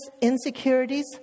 insecurities